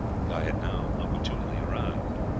guy had now opportunely arrived.